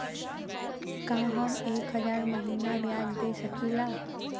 का हम एक हज़ार महीना ब्याज दे सकील?